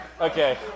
Okay